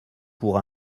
pour